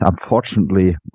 unfortunately